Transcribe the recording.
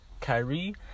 Kyrie